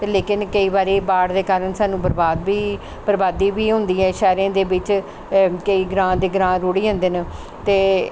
ते लेकिन केईं बारी एह् बाढ़ दे कारन सानूं बरबाद बी बरबादी बी होंदी ऐ शैह्रें दे बिच्च केईं ग्राऽ दे ग्रांऽ रूढ़ी जंदे न ते